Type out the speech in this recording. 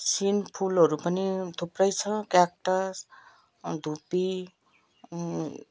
scene फुलहरू पनि थुप्रै छ क्याक्टस धुपी